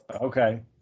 okay